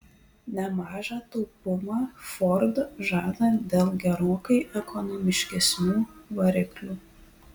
nemažą taupumą ford žada dėl gerokai ekonomiškesnių variklių